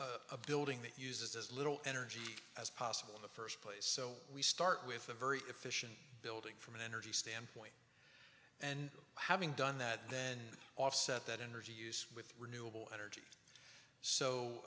a building that uses as little energy as possible in the first place so we start with a very efficient building from an energy standpoint and having done that then offset that energy use with renewable energy